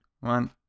one